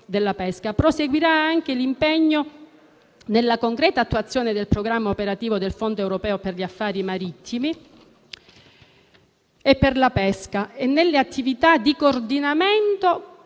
proseguirà anche l'impegno nella concreta attuazione del programma operativo del Fondo europeo per gli affari marittimi e per la pesca e nelle attività di coordinamento